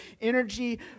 energy